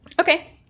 Okay